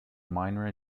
minor